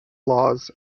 laws